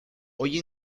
hoy